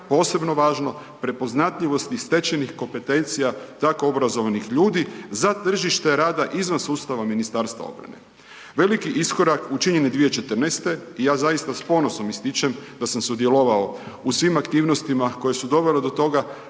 posebno važno, prepoznatljivosti stečenih kompetencija tako obrazovanih ljudi za tržište rada izvan sustava Ministarstva obrane. Veliki iskorak učinjen je 2014.g. i ja zaista s ponosom ističem da sam sudjelovao u svim aktivnostima koje su dovele do toga